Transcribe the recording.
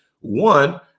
One